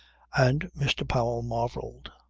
and mr. powell marvelled.